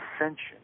ascension